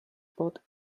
pod